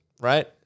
Right